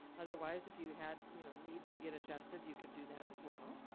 otherwise if you had you know needs to get adjusted, you could do that as well.